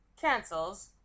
cancels